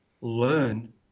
learn